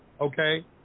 okay